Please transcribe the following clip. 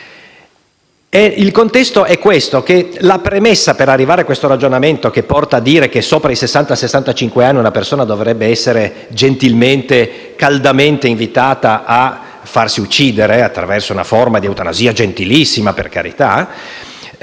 più interessante perché la premessa per arrivare a questo ragionamento - che porta a dire che sopra i sessanta, sessantacinque anni una persona dovrebbe essere gentilmente e caldamente invitata a farsi uccidere attraverso una forma di eutanasia gentilissima, per carità,